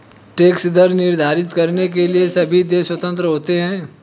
tax दर निर्धारित करने के लिए सभी देश स्वतंत्र होते है